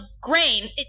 grain-